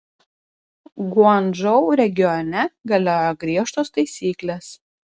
guangdžou regione galioja griežtos taisyklės